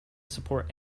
support